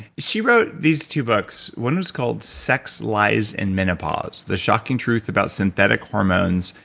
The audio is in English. she wrote these two books one was called sex, lies, and menopause. the shocking truth about synthetic hormones,